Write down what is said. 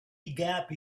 gap